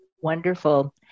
Wonderful